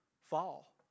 fall